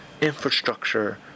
infrastructure